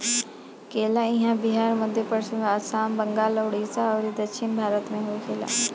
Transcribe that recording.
केला इहां बिहार, मध्यप्रदेश, आसाम, बंगाल, उड़ीसा अउरी दक्षिण भारत में होखेला